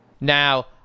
Now